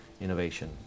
innovation